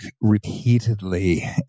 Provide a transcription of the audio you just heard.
repeatedly